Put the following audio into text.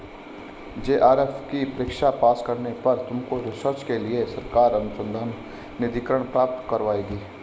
JRF की परीक्षा pass करने पर तुमको रिसर्च के लिए सरकार अनुसंधान निधिकरण प्राप्त करवाएगी